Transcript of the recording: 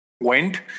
Went